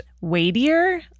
weightier